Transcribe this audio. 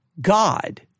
God